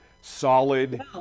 solid